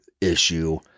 issue